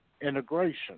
Integration